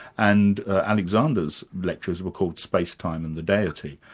and ah alexander's lectures were called space, time and the deity.